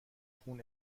خون